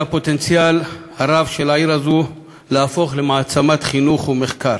הפוטנציאל הרב של העיר הזאת להפוך למעצמת חינוך ומחקר.